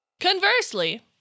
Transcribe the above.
Conversely